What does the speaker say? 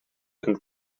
and